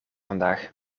vandaag